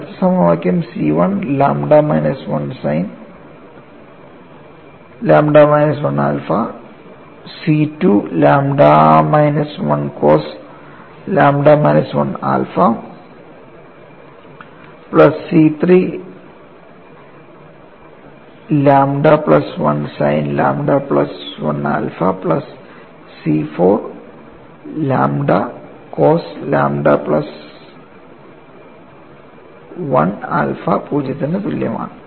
അടുത്ത സമവാക്യം C1 lambda minus 1 sine lambda minus 1 alpha C2 lambda minus 1 cos lambda minus 1 alpha plus C3 lambda plus 1 sine lambda plus 1 alpha plus C4 lambda cos lambda plus 1 alpha 0 ന് തുല്യമാണ്